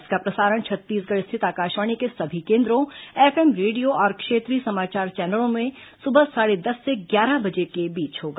इसका प्रसारण छत्तीसगढ़ स्थित आकाशवाणी के सभी केन्द्रों एफएम रेडिया और क्षेत्रीय समाचार चैनलों में सुबह साढ़े दस से ग्यारह बजे के बीच होगा